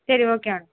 சரி okay ma'am